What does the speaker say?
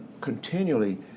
continually